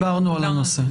דיברנו על הנושא.